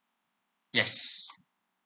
yes